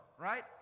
Right